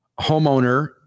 homeowner